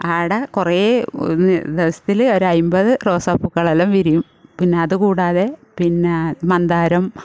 അവിടെ കുറേ ഒരു ദിവസത്തിൽ ഒരു അൻപത് റോസാപ്പൂക്കളെല്ലാം വിരിയും പിന്നെ അതു കൂടാതെ പിന്നെ മന്ദാരം